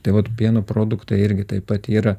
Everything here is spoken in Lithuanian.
tai vat pieno produktai irgi taip pat yra